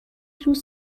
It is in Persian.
روز